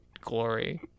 glory